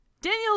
Daniel